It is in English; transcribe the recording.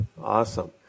Awesome